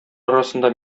арасында